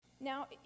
Now